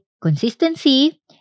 consistency